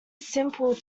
simple